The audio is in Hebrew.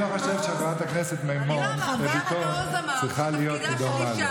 אני לא חושב שחברת הכנסת ביטון צריכה להיות דומה לו.